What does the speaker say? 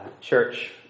church